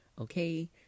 okay